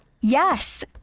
Yes